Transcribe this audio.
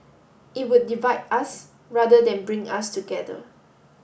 it would divide us rather than bring us together